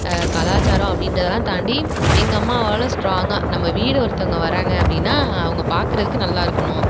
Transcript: கலாச்சாரம் அப்படின்றதுலாம் தாண்டி எங்கள் அம்மாவால் ஸ்ட்ராங்காக நம்ம வீடு ஒருத்தங்க வர்றாங்க அப்படின்னா அவங்க பாக்கிறதுக்கு நல்லாயிருக்கணும்